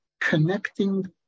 connecting